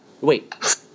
Wait